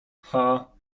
cha